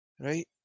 Right